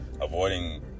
avoiding